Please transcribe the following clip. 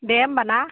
दे होमब्ला ना